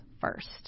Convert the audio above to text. first